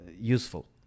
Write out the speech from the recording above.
useful